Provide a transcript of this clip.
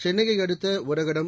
சென்னையை அடுத்த ஓரகடம்